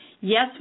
Yes